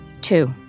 Two